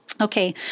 okay